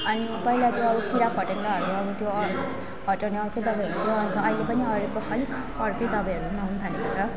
अनि पहिला त्यो आबो किराफट्याङ्ग्राहरू अब त्यो हटाउने अर्कै दबाई हुन्थ्यो अहिले पनि अलिक अर्कै दबाईहरू लाउनु थालेको छ